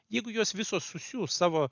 jeigu jos visos susiųs savo